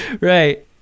Right